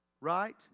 right